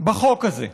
בחוק הזה.